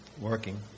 working